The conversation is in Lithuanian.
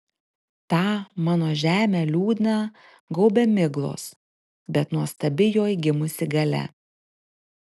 tą mano žemę liūdną gaubia miglos bet nuostabi joj gimusi galia